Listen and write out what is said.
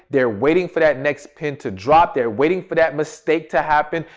they're waiting for that next pin to drop, they're waiting for that mistake to happen,